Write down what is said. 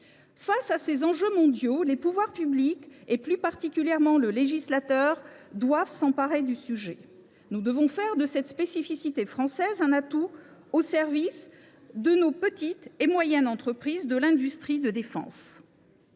Face à ces enjeux mondiaux, les pouvoirs publics, et plus particulièrement le législateur, doivent s’emparer du sujet. Nous devons faire de cette spécificité française un atout au service de nos petites et moyennes entreprises de l’industrie de défense.